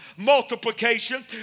multiplication